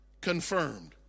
Confirmed